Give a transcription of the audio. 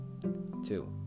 two